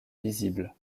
visibles